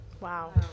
Wow